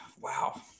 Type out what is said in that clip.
wow